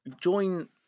join